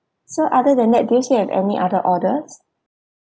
so other than that do you still have any other orders